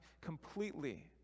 completely